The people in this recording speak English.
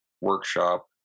workshop